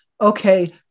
Okay